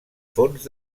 fonts